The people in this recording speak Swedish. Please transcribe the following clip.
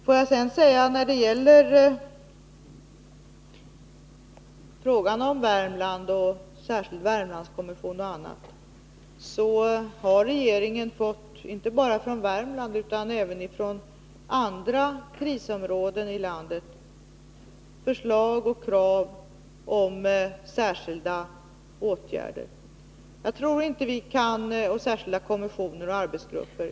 Får jag sedan säga beträffande frågan om Värmland och särskilt Värmlandskommissionen, att regeringen inte bara från Värmland utan även från andra krisområden i landet har fått förslag till och krav på särskilda åtgärder, kommissioner och arbetsgrupper.